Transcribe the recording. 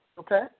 Okay